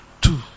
two